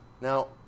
Now